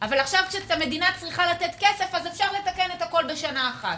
אבל כשהמדינה צריכה לתת כסף אפשר לתקן את הכול בשנה אחת.